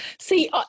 See